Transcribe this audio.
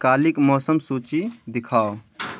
काल्हिक मौसम सूची दिखाउ